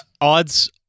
Odds